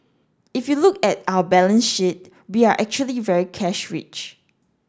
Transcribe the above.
if you look at our balance sheet we are actually very cash rich